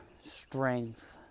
strength